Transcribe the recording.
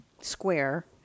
square